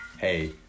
hey